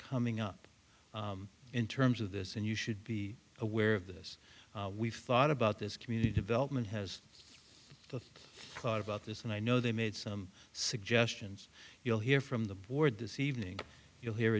coming up in terms of this and you should be aware of this we've thought about this community development has a lot about this and i know they made some suggestions you'll hear from the board this evening you'll hear